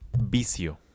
vicio